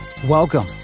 Welcome